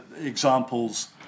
examples